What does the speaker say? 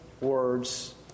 words